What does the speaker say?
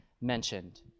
mentioned